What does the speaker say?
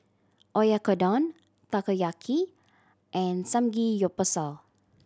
Oyakodon Takoyaki and Samgyeopsal